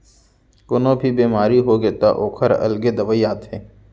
कोनो भी बेमारी होगे त ओखर अलगे दवई आथे